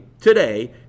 today